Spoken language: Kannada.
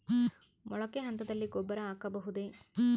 ಮೊಳಕೆ ಹಂತದಲ್ಲಿ ಗೊಬ್ಬರ ಹಾಕಬಹುದೇ?